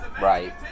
right